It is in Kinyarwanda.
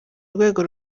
urwego